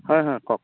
হয় হয় কওক